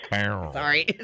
Sorry